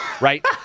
Right